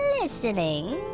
listening